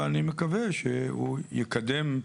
ואני מקווה שהוא יקדם,